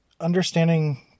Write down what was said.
understanding